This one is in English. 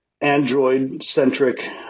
Android-centric